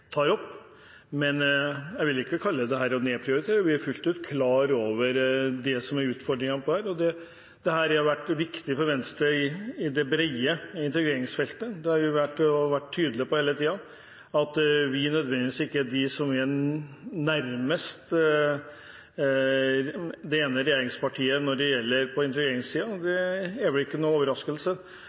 tar opp, men jeg vil ikke kalle det å nedprioritere. Vi er fullt ut klar over utfordringene. Dette har vært viktig for Venstre på det brede integreringsfeltet, og vi har hele tiden vært tydelige på at vi ikke nødvendigvis står nærmest det ene regjeringspartiet på integreringssiden. Det er vel ingen overraskelse. På mange måter står vel Senterpartiet nærmere, i hvert fall på den ene delen av dette feltet, enn det Venstre gjør. Jeg tror på